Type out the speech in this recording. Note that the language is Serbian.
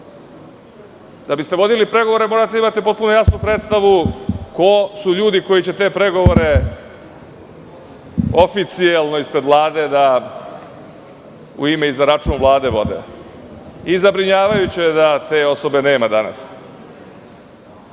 bi ste vodili pregovore, morate da imate jasnu predstavu ko su ljudi koji će te pregovore oficijelno ispred Vlade da u ime i za račun Vlade vode, i zabrinjavajuće je da te osobe nema danas,